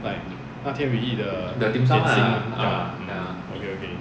like 那天 we eat the 点心 ah okay okay